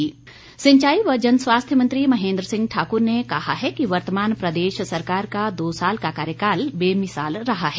महेंद्र सिंह सिंचाई व जन स्वास्थय मंत्री महेंद्र सिंह ठाकुर ने कहा है कि वर्तमान प्रदेश सरकार का दो साल का कार्यकाल बेमिसाल रहा है